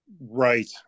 Right